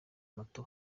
moto